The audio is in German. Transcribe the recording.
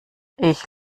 ich